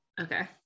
Okay